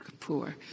Kapoor